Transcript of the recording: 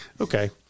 okay